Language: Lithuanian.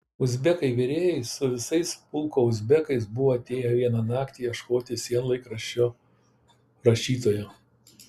uzbekai virėjai su visais pulko uzbekais buvo atėję vieną naktį ieškoti sienlaikraščio rašytojo